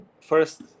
first